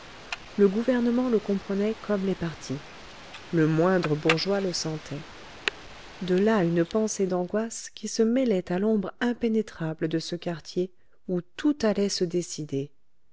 le gouvernement le comprenait comme les partis le moindre bourgeois le sentait de là une pensée d'angoisse qui se mêlait à l'ombre impénétrable de ce quartier où tout allait se décider